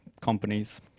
companies